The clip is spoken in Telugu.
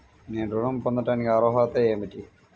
నేను ఋణం పొందటానికి అర్హత ఏమిటి?